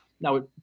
Now